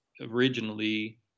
Originally